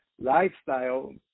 lifestyle